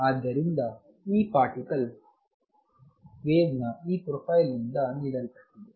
ಆದ್ದರಿಂದ ಈ particle wave ನ ಈ ಪ್ರೊಫೈಲ್ ನಿಂದ ನೀಡಲ್ಪಟ್ಟಿದೆ